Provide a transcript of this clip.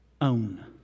Own